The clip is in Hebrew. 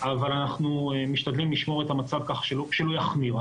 אבל אנחנו משתדלים לשמור את המצב כך שלא יחמיר.